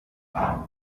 nabo